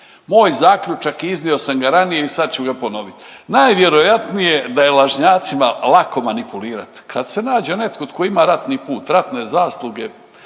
Moj zaključak i iznio sam ga i ranije i sad ću ga ponoviti. Najvjerojatnije je da je lažnjacima lako manipulirati. Kad se nađe netko tko ima ratni put, ratne zasluge